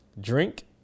drink